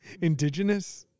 indigenous